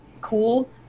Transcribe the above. cool